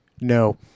No